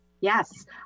Yes